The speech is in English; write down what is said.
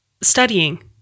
Studying